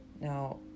Now